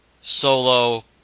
Solo